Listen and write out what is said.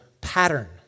pattern